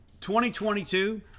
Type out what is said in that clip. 2022